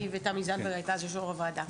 אני ותמי*, היא הייתה אז יושבת ראש הוועדה.